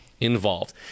involved